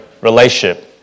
relationship